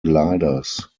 gliders